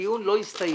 הדיו לא הסתיים.